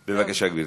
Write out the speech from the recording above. בבקשה, גברתי.